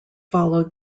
followed